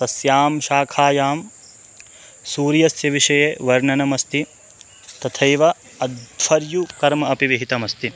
तस्यां शाखायां सूर्यस्य विषये वर्णणमस्ति तथैव अध्वर्युकर्म अपि विहितमस्ति